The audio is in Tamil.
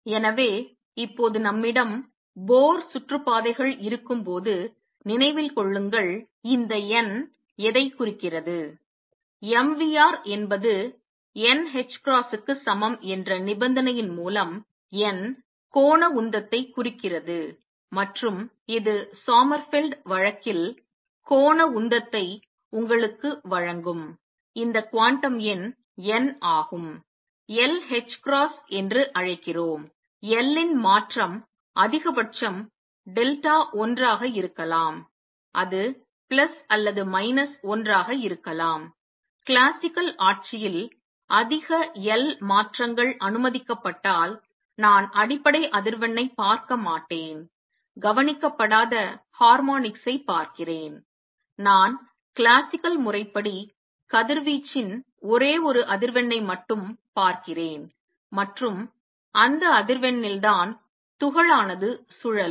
எனவே இப்போது நம்மிடம் போர் சுற்றுப்பாதைகள் இருக்கும்போது நினைவில் கொள்ளுங்கள் இந்த n எதைக் குறிக்கிறது mvr என்பது nh கிராஸ் க்கு சமம் என்ற நிபந்தனையின் மூலம் n கோண உந்தத்தை குறிக்கிறது மற்றும் இது சோமர்ஃபெல்ட் வழக்கில் Sommerfeld case கோண உந்தத்தை உங்களுக்கு வழங்கும் இந்த குவாண்டம் எண் n ஆகும் l h L h cross என்று அழைக்கிறோம் எல் இன் மாற்றம் அதிகபட்சம் டெல்டா l ஆக இருக்கலாம் இது பிளஸ் அல்லது மைனஸ் 1 ஆக இருக்கலாம் கிளாசிக்கல் ஆட்சியில் அதிக எல் மாற்றங்கள் அனுமதிக்கப்பட்டால் நான் அடிப்படை அதிர்வெண்ணைப் பார்க்க மாட்டேன் கவனிக்கப்படாத ஹார்மோனிக்ஸைப் பார்க்கிறேன் நான் கிளாசிக்கல் முறைப்படி கதிர்வீச்சின் ஒரே ஒரு அதிர்வெண்ணை மட்டும் பார்க்கிறேன் மற்றும் அந்த அதிர்வெண்ணில் தான் துகள் ஆனது சுழலும்